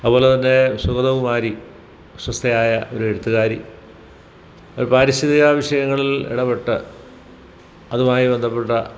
അതുപോലെ തന്നെ സുഗതകുമാരി പ്രശസ്തയായ ഒരു എഴുത്തുകാരി അവര് പാരിസ്ഥിക വിഷയങ്ങളിൽ ഇടപെട്ട് അതുമായി ബന്ധപ്പെട്ട